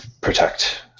protect